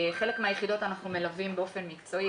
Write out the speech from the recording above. חלק מהיחידות אנחנו מלווים באופן מקצועי.